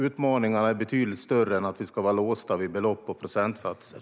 Utmaningarna är för alldeles stora för att vi ska vara låsta vid belopp och procentsatser.